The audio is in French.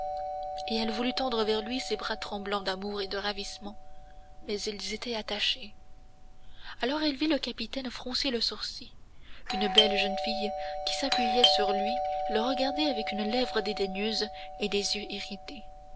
et elle voulut tendre vers lui ses bras tremblants d'amour et de ravissement mais ils étaient attachés alors elle vit le capitaine froncer le sourcil une belle jeune fille qui s'appuyait sur lui le regarder avec une lèvre dédaigneuse et des yeux irrités